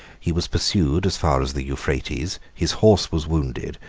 he was pursued as far as the euphrates his horse was wounded,